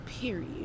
Period